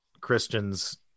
Christians